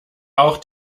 auch